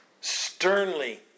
sternly